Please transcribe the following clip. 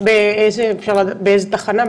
באיזה תחנה?